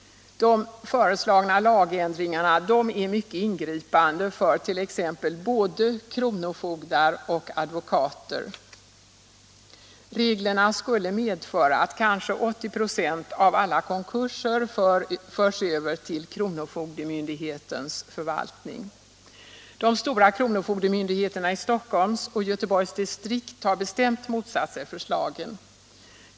De föreslagna lagändringarna är mycket ingripande för t.ex. både kronofogdar och advokater. Reglerna skulle medföra att kanske 80 96 av alla konkurser förs över till kronofogemyndighetens förvaltning. De stora kronofogdemyndigheterna i Stockholms och Göteborgs distrikt har bestämt motsatt sig förslagen.